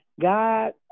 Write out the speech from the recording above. God